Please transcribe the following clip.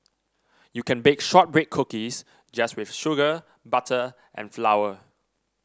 you can bake shortbread cookies just with sugar butter and flour